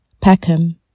Peckham